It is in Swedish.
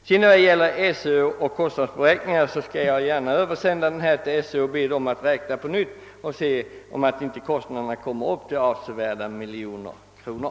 Beträffande kostnadsberäkningen vill jag säga att jag gärna skall översända mitt material till Sö för att styrelsen ännu en gång skall kunna räkna över det hela och se om inte kostnaderna uppgår till åtskilliga miljoner kronor.